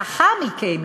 לאחר מכן,